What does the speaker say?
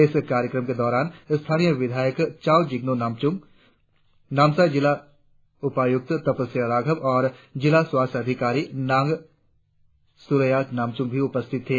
इस कार्यक्रम के दौरान स्थानीय विधायक चाव जिगनो नामचुम नामसाई जिला उपायुक्त तपस्या राघव और जिला स्वास्थ्य अधिकारी नांग सुरेया नामचुम भी उपस्थित थे